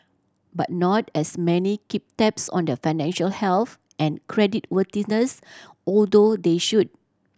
but not as many keep tabs on their financial health and creditworthiness although they should